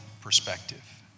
perspective